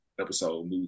episode